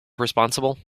responsible